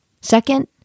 Second